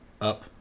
up